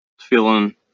feeling